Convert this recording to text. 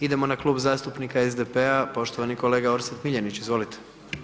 Idemo na klub zastupnika SDP-a, poštovani kolega Orsat Miljenić, izvolite.